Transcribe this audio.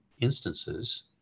instances